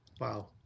Wow